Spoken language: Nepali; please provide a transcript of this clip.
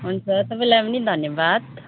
हुन्छ तपाईँलाई पनि धन्यवाद